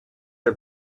are